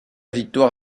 victoire